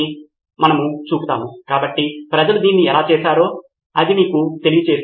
ఇది మీకు సహాయపడుతుందని మీరు అనుకుంటే నేను మీకు వదిలివేస్తాను మీరు దీన్ని జోడించవచ్చు లేకపోతే వదిలివేయండి